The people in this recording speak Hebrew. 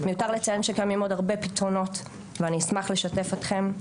מיותר לציין שקיימים עוד הרבה פתרונות ואני אשמח לשתף אתכם,